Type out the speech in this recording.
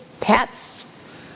pets